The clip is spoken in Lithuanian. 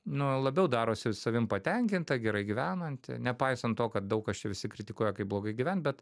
nu labiau darosi savimi patenkinta gerai gyvenanti nepaisant to kad daug kas čia visi kritikuoja kaip blogai gyvent bet